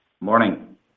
Morning